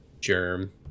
Germ